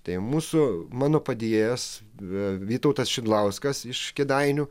tai mūsų mano padėjėjas vytautas šidlauskas iš kėdainių